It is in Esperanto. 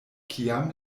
kiam